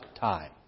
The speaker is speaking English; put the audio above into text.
time